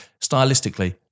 Stylistically